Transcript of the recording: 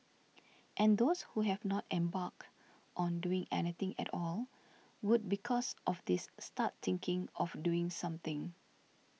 and those who have not embarked on doing anything at all would because of this start thinking of doing something